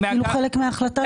כחלק מההחלטה